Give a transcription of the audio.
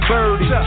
Birdie